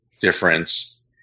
difference